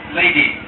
lady